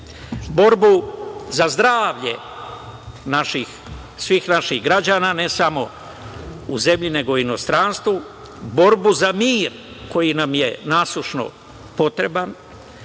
borbu za zdravlje svih naših građana, ne samo u zemlji, nego i u inostranstvu, borbu za mir koji nam je nasušno potreban,